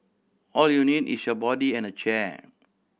all you need is your body and a chair